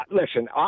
listen